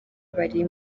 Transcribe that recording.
bari